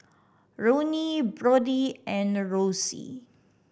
Ronnie Brodie and Rosy